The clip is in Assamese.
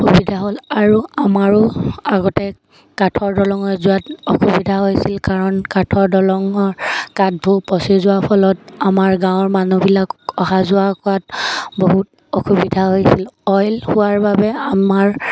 সুবিধা হ'ল আৰু আমাৰো আগতে কাঠৰ দলং হৈ যোৱাত অসুবিধা হৈছিল কাৰণ কাঠৰ দলঙৰ কাঠবোৰ পচি যোৱা ফলত আমাৰ গাঁৱৰ মানুহবিলাক অহা যোৱা কৰাত বহুত অসুবিধা হৈছিল অইল হোৱাৰ বাবে আমাৰ